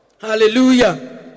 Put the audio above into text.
Hallelujah